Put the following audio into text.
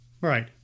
right